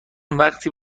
وقتی